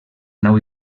nau